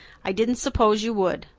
i didn't suppose you would.